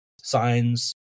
signs